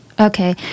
Okay